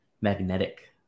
magnetic